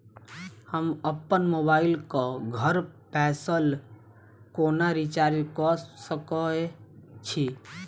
हम अप्पन मोबाइल कऽ घर बैसल कोना रिचार्ज कऽ सकय छी?